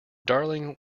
darling